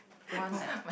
one like